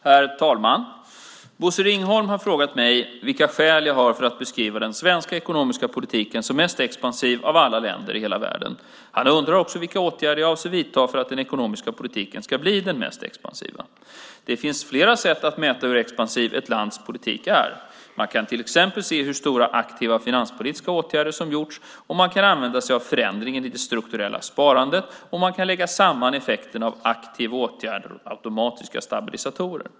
Herr talman! Bosse Ringholm har frågat mig vilka skäl jag har för att beskriva den svenska ekonomiska politiken som den mest expansiva av alla länders i hela världen. Han undrar också vilka åtgärder jag avser att vidta för att den ekonomiska politiken ska bli den mest expansiva. Det finns flera sätt att mäta hur expansiv ett lands politik är. Man kan till exempel se hur stora aktiva finanspolitiska åtgärder som vidtagits, man kan använda sig av förändringen i det strukturella sparandet och man kan lägga samman effekten av aktiva åtgärder och automatiska stabilisatorer.